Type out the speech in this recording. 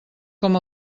com